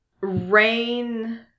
Rain